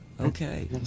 okay